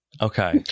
okay